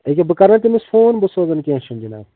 یہِ کیٛاہ بہٕ کرو تٔمِس فون بہٕ سوزَن کیٚنٛہہ چھُنہٕ جِناب